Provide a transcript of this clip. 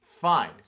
Fine